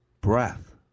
breath